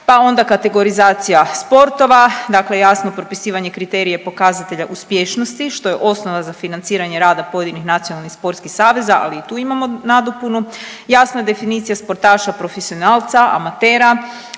pa onda kategorizacija sportova. Dakle, jasno propisivanje kriterija pokazatelja uspješnosti što je osnova za financiranje rada pojedinih nacionalnih sportskih saveza, ali i tu imamo nadopunu. Jasna definicija sportaša profesionalca, amatera,